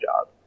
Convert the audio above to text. job